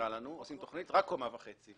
עשתה תכנית של קומה וחצי.